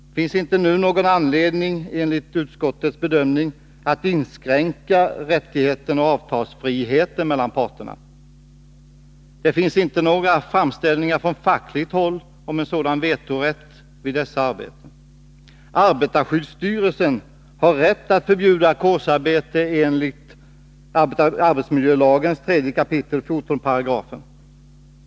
Det finns inte nu någon anledning, enligt utskottets bedömning, att inskränka avtalsfriheten mellan parterna. Det finns inte några framställningar från fackligt håll om en sådan vetorätt. Arbetarskyddsstyrelsen har rätt att förbjuda ackordsarbete enligt arbetsmiljölagens 3 kap. 14 §.